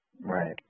Right